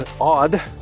odd